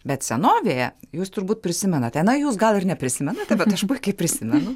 bet senovėje jūs turbūt prisimenate na jūs gal ir neprisimenate bet aš puikiai prisimenu